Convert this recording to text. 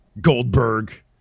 Goldberg